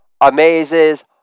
amazes